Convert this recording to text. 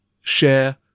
share